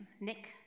Nick